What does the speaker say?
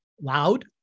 Loud